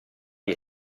gli